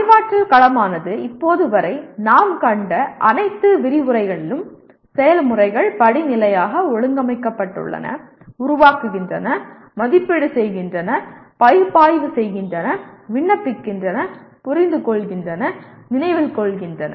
அறிவாற்றல் களமானது இப்போது வரை நாம் கண்ட அனைத்து விரிவுரைகளிலும் செயல்முறைகள் படிநிலையாக ஒழுங்கமைக்கப்பட்டுள்ளன உருவாக்குகின்றன மதிப்பீடு செய்கின்றன பகுப்பாய்வு செய்கின்றன விண்ணப்பிக்கின்றன புரிந்துகொள்கின்றன நினைவில் கொள்கின்றன